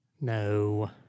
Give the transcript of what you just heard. No